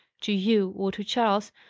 to you, or to charles,